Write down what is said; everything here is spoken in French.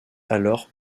alors